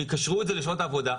ויקשרו את זה לשעות העבודה,